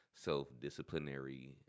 self-disciplinary